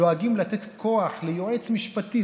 דואגים לתת כוח ליועץ משפטי,